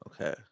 Okay